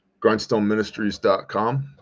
grindstoneministries.com